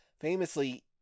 famously